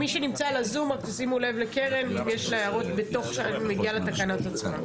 כן, בהמשך, בתקנות עצמן.